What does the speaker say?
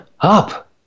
up